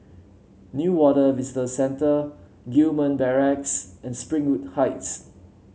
Newater Visitor Centre Gillman Barracks and Springwood Heights